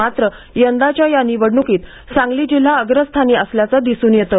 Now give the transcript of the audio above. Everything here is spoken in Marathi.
मात्र यंदाच्या या निवडणुकीत सांगली जिल्हा अग्रस्थानी असल्याचे दिसून येतं